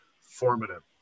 formative